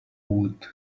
wood